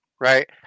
right